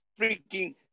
freaking